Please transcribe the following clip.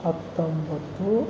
ಹತ್ತೊಂಬತ್ತು